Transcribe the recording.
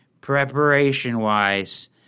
preparation-wise